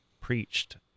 preached